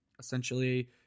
Essentially